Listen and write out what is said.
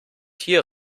hier